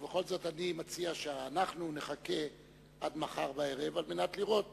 ובכל זאת אני מציע שנחכה עד מחר בערב כדי לראות